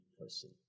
person